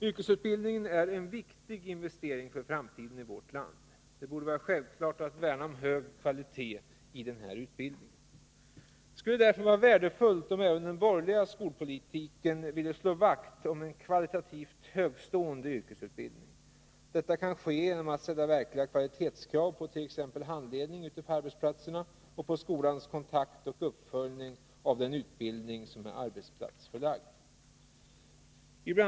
Yrkesutbildningen är en viktig investering för framtiden i vårt land. Det borde vara självklart att värna om hög kvalitet i denna utbildning. Det skulle därför vara värdefullt om även de borgerliga skolpolitikerna ville slå vakt om en kvalitativt högtstående yrkesutbildning. Detta kan ske genom att ställa verkliga kvalitetskrav på t.ex. handledning ute på arbetsplatserna och på skolans kontaktoch uppföljning av den utbildning som är arbetsplatsförlagd. Bl.